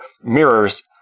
mirrors